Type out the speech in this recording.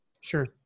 Sure